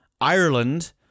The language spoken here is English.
Ireland